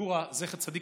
מסדיגורא זצ"ל,